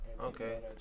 Okay